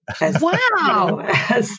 wow